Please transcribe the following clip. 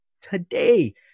today